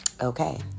okay